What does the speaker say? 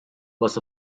was